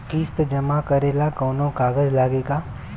किस्त जमा करे ला कौनो कागज लागी का?